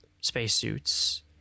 spacesuits